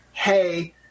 hey